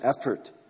effort